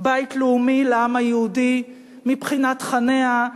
בית לאומי לעם היהודי מבחינת תכניה,